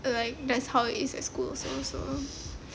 like that's how it is at school so so